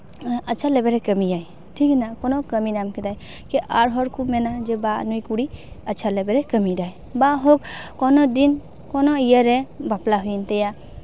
ᱟᱪᱪᱷᱟ ᱞᱮᱵᱮᱞ ᱨᱮ ᱠᱟᱹᱢᱤᱭᱟᱭ ᱴᱷᱤᱠᱱᱟ ᱠᱳᱱᱳ ᱠᱟᱹᱢᱤ ᱧᱟᱢ ᱠᱮᱫᱟᱭ ᱡᱮ ᱟᱨ ᱦᱚᱲ ᱠᱚ ᱢᱮᱱᱟ ᱡᱮ ᱵᱟ ᱱᱩᱭ ᱠᱩᱲᱤ ᱟᱪᱪᱷᱟ ᱞᱮᱵᱮᱞ ᱨᱮ ᱠᱟᱹᱢᱤ ᱫᱟᱭ ᱵᱟ ᱦᱳᱠ ᱠᱳᱱᱳ ᱫᱤᱱ ᱠᱳᱱᱳ ᱤᱭᱟᱹᱨᱮ ᱵᱟᱯᱞᱟ ᱦᱩᱭᱮᱱ ᱛᱟᱭᱟ